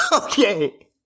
Okay